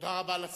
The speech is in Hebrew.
תודה רבה לשר.